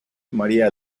maría